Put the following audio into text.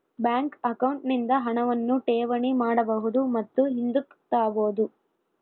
bank account ನಿಂದ ಹಣವನ್ನು ಠೇವಣಿ ಮಾಡಬಹುದು ಮತ್ತು ಹಿಂದುಕ್ ತಾಬೋದು